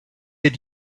had